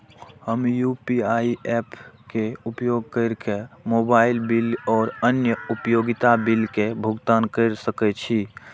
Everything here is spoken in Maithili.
हम यू.पी.आई ऐप्स के उपयोग केर के मोबाइल बिल और अन्य उपयोगिता बिल के भुगतान केर सके छी